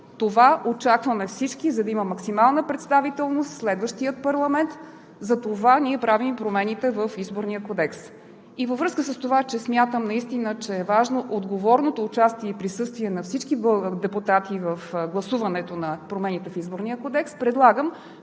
Това очакваме всички, за да има максимална представителност следващият парламент, затова ние правим промените в Изборния кодекс. И във връзка с това, че смятам наистина, че е важно отговорното участие и присъствие на всички депутати в гласуването на промените в Изборния кодекс, предлагам